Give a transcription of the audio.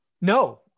No